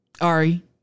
ari